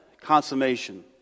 consummation